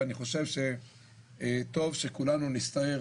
ואני חושב שטוב שכולנו נסתער